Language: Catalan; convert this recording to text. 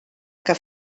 que